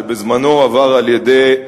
שבזמנו עבר על-ידי,